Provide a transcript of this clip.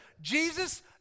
Jesus